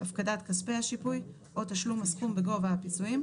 הפקדת כספי השיפוי או תשלום הסכום בגובה הפיצויים,